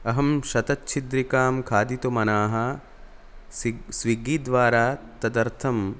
अहं शतछिद्रिकां खादितुमनाः सि स्विग्गि द्वारा तदर्थं